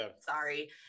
sorry